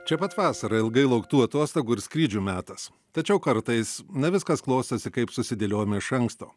čia pat vasara ilgai lauktų atostogų ir skrydžių metas tačiau kartais ne viskas klostosi kaip susidėliojome iš anksto